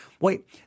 Wait